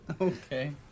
Okay